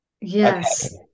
Yes